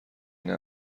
این